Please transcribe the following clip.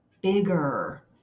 bigger